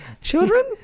children